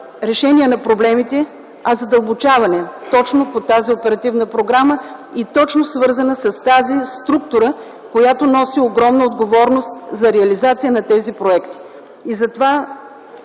решение на проблемите, а задълбочаване точно по тази оперативна програма и точно свързана с тази структура, която носи огромна отговорност за реализация на тези проекти.